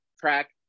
track